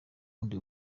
ubundi